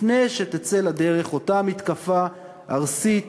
לפני שתצא לדרך אותה מתקפה ארסית